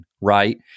right